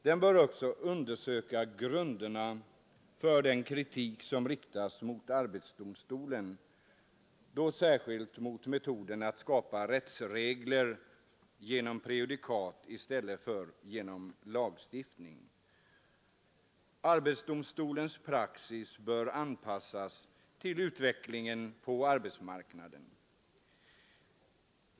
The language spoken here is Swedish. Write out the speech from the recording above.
Den bör också undersöka grunderna för den kritik irskilt mot metoden att skapa som riktas mot arbetsdomstolen, då rättsregler genom prejudikat i stället för genom lagstiftning. Arbetsdomstolens praxis bör anpassas till utvecklingen på arbetsmarknaden.